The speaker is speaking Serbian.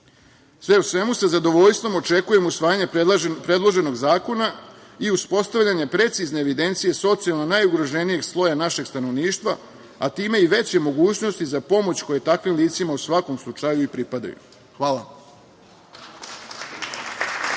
u svemu, sa zadovoljstvom očekujem usvajanje predloženog zakona i uspostavljanje precizne evidencije socijalno najugroženijeg sloja našeg stanovništva, a time i veće mogućnosti za pomoć koja je takvim licima u svakom slučaju i pripadaju. Hvala.